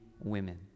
women